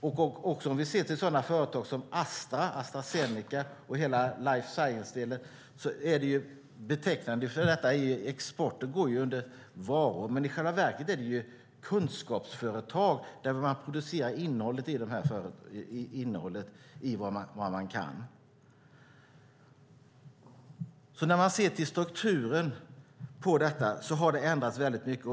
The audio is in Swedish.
Också om vi ser till företag som Astra Zeneca och hela life science-delen går exporten under beteckningen varor, men i själva verket är det kunskapsföretag som producerar innehållet i vad man kan. När man ser till strukturen på detta har det ändrats väldigt mycket.